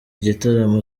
gitaramo